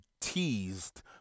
teased